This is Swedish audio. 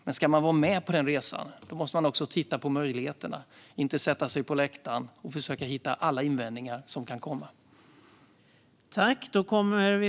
Men ska man vara med på resan måste man också titta på möjligheterna - inte sätta sig på läktaren och försöka hitta alla invändningar man kan komma på.